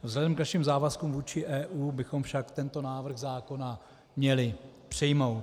Vzhledem k našim závazkům vůči EU bychom však tento návrh zákona měli přijmout.